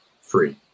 free